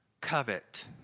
covet